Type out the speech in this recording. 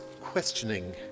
questioning